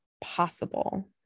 Possible